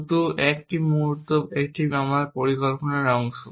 শুধু একটি মুহূর্ত আমার পরিকল্পনার অংশ